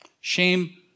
Shame